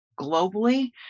globally